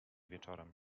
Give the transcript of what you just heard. wieczorem